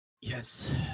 Yes